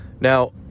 Now